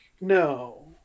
no